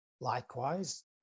Likewise